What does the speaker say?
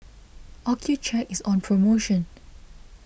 Accucheck is on promotion